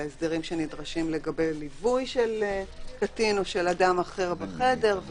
להסדרים שנדרשים לגבי ליווי של קטין או של אדם אחר בחדר.